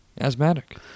Asthmatic